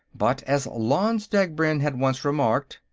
but, as lanze degbrend had once remarked,